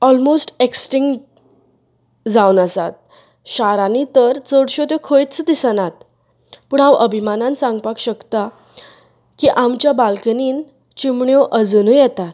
almost extinct जावन आसात शारांनी तर चडश्यो त्यो खंयच दिसनात पूण हांव अभिमानान सांगपाक शकता की आमच्या बाल्कनींत चिमण्यो अजूनूय येतात